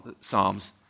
psalms